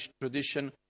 tradition